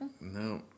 No